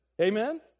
Amen